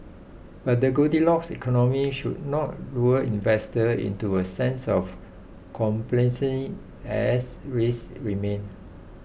but the goldilocks economy should not lull investors into a sense of complacency as risks remain